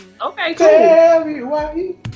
Okay